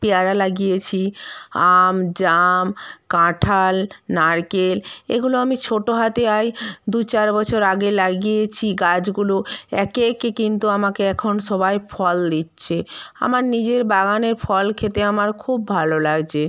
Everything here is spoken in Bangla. পেয়ারা লাগিয়েছি আম জাম কাঁঠাল নারকেল এগুলো আমি ছোটো হাতে আই দু চার বছর আগে লাগিয়েছি গাছগুলো একে একে কিন্তু আমাকে এখন সবাই ফল দিচ্ছে আমার নিজের বাগানের ফল খেতে আমার খুব ভালো লাগছে